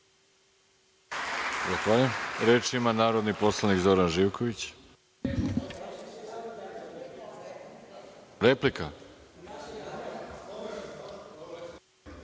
Reč ima narodni poslanik Zoran Živković.(Nemanja